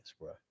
bro